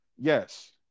yes